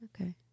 Okay